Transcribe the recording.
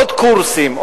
עוד קורסים,